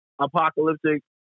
apocalyptic